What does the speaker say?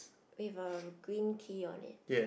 with a green tea on it